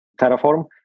terraform